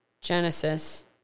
Genesis